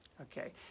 Okay